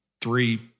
three